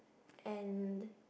and